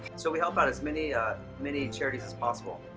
so we helped out as many ah many charities as possible.